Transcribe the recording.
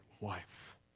wife